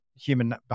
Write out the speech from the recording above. human